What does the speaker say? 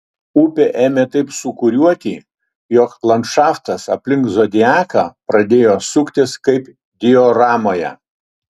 upė ėmė taip sūkuriuoti jog landšaftas aplink zodiaką pradėjo suktis kaip dioramoje